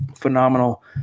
Phenomenal